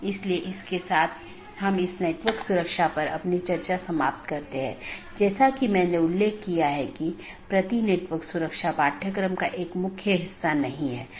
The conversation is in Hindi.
BGP को एक एकल AS के भीतर सभी वक्ताओं की आवश्यकता होती है जिन्होंने IGBP कनेक्शनों को पूरी तरह से ठीक कर लिया है